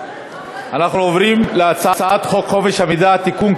אנחנו עוברים להצעת חוק חופש המידע (תיקון,